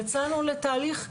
יצאנו לתהליך מכרזי.